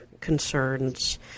concerns